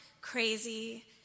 crazy